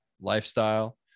lifestyle